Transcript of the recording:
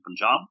Punjab